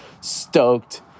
stoked